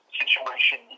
situation